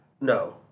no